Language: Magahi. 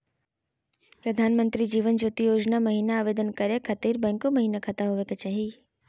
प्रधानमंत्री जीवन ज्योति योजना महिना आवेदन करै खातिर बैंको महिना खाता होवे चाही?